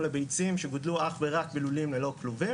לביצים שגודלו אך ורק בלולים ללא כלובים